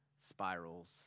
spirals